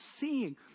seeing